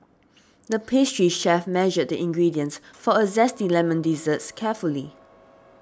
the pastry chef measured the ingredients for a zesty lemon desserts carefully